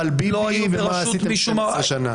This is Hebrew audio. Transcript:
אבל ביבי, ומה עשיתם 12 שנה?